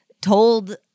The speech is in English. told